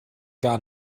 gar